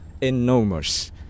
enormous